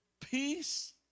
peace